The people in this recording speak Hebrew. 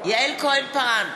יעל כהן-פארן,